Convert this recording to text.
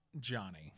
Johnny